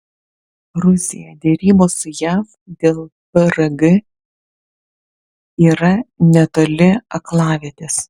rusija derybos su jav dėl prg yra netoli aklavietės